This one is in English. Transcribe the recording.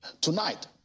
Tonight